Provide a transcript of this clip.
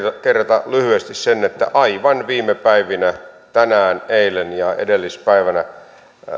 kerrata lyhyesti sen että aivan viime päivinä tänään eilen ja edellispäivänä